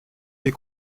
des